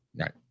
Right